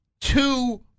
two